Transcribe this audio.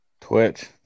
Twitch